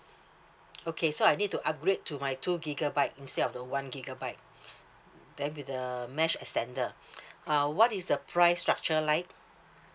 okay so I need to upgrade to my two gigabyte instead of the one gigabyte then with the mesh extender uh what is the price structure like